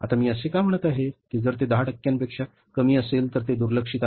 आता मी असे का म्हणत आहे की जर ते 10 टक्क्यांपेक्षा कमी असेल तर ते दुर्लक्षित आहे